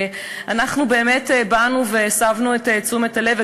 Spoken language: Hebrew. אנחנו באמת באנו והסבנו את תשומת הלב,